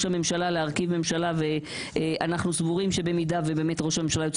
הממשלה להרכיב ממשלה ואנחנו סבורים שבמידה שבאמת ראש הממשלה יוצא